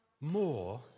more